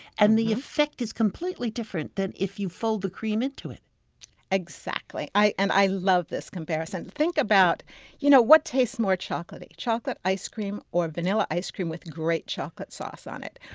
and the effect is completely different than if you fold the cream into it exactly. i and i love this comparison think about it, you know what tastes more chocolatey chocolate ice cream or vanilla ice cream with great chocolate sauce on it?